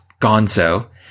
gonzo